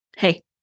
Hey